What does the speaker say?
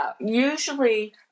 Usually